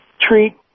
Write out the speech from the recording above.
treat